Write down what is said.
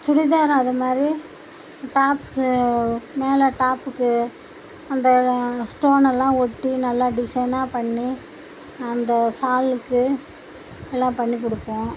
சுடிதாரும் அதை மாதிரி டாப்ஸு மேலே டாப்புக்கு அந்த ஸ்டோனெல்லாம் ஒட்டி நல்லா டிசைனாக பண்ணி அந்த சாலுக்கு எல்லாம் பண்ணிக் கொடுப்போம்